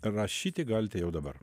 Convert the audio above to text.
rašyti galite jau dabar